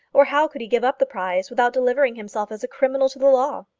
or how could he give up the prize without delivering himself as a criminal to the law?